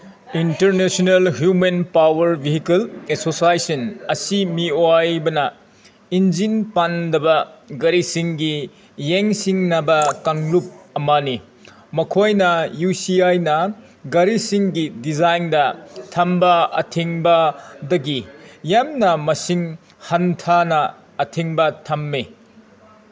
international human power vehicle association ꯑꯁꯤ ꯃꯤꯑꯣꯏꯕꯅ engine ꯄꯥꯟꯗꯕ ꯒꯥꯔꯤꯁꯤꯡꯒꯤ ꯌꯦꯡꯁꯤꯟꯅꯕ ꯀꯥꯡꯂꯨꯞ ꯑꯃꯅꯤ ꯃꯈꯣꯏꯅ ꯌꯨꯁꯤꯑꯥꯏꯅ ꯒꯥꯔꯤꯁꯤꯡꯒꯤ ꯗꯤꯖꯥꯏꯟꯗ ꯊꯝꯕ ꯑꯊꯤꯡꯕꯗꯒꯤ ꯌꯥꯝꯅ ꯃꯁꯤꯡ ꯍꯟꯊꯅ ꯑꯊꯤꯡꯕ ꯊꯝꯃꯤ